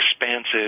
expansive